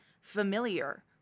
Familiar